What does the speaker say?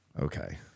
Okay